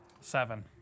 Seven